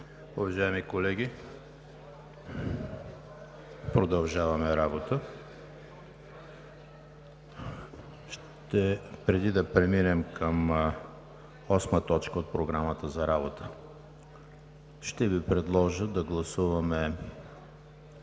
Уважаеми колеги, продължаваме работата. Преди да преминем към осма точка от Програмата за работа, ще Ви предложа да гласуваме